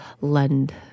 lend